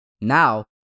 Now